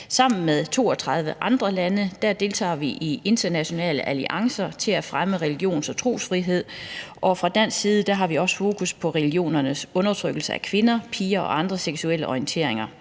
Sammen med 32 andre lande deltager vi i internationale alliancer til at fremme religions- og trosfrihed. Og fra dansk side har vi også fokus på religionernes undertrykkelse af kvinder, piger og seksuelle minoriteter.